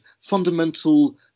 fundamental